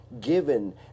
given